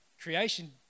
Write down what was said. Creation